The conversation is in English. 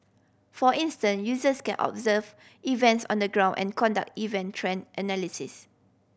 for instance users can observe events on the ground and conduct event trend analysis